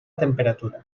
temperatura